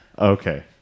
Okay